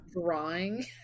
drawing